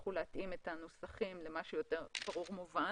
יצטרכו להתאים את הנוסחים למשהו יותר ברור ומובן